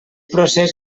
procés